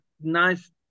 nice